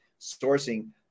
sourcing